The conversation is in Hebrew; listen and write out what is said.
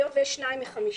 היות שיש שניים מחמישה,